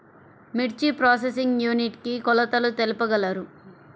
మిర్చి processing unit కి కొలతలు తెలుపగలరు?